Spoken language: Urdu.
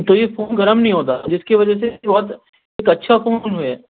تو یہ فون گرم نہیں ہوتا جس کی وجہ سے اس کی بہت ایک اچھا فون ہے